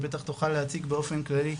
היא בטח תוכל להציג באופן כללי,